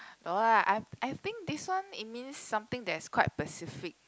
no lah I've I think this one it means something that is quite specific